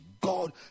God